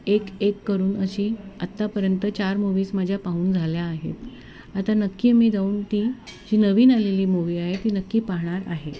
एक एक करून अशी आत्तापर्यंत चार मूव्हीज माझ्या पाहून झाल्या आहेत आता नक्की मी जाऊन ती जी नवीन आलेली मूव्ही आहे ती नक्की पाहणार आहे